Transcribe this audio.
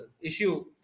issue